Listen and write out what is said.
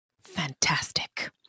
fantastic